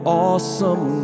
awesome